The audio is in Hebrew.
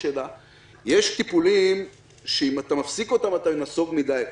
יש טיפולים שאם אתה מפסיק אותם אתה נסוג מדי.